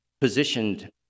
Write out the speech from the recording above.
positioned